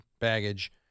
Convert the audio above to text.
baggage